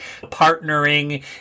partnering